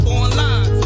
online